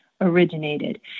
originated